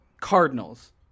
Cardinals